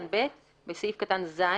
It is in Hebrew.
(ב)בסעיף קטן (ז),